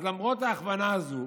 למרות ההכוונה הזו,